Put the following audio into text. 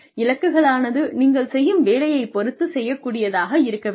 இலக்குகளானது நீங்கள் செய்யும் வேலையைப் பொறுத்து செய்யக் கூடியதாக இருக்க வேண்டும்